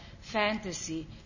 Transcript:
fantasy